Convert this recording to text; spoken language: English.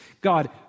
god